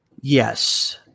Yes